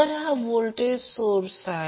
तर हा voltage source आहे